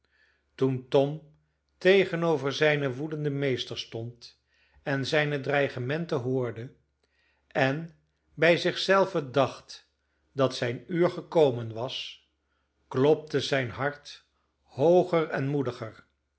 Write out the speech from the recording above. toen tom tegenover zijnen woedenden meester stond en zijne dreigementen hoorde en bij zich zelven dacht dat zijn uur gekomen was klopte zijn hart hooger en moediger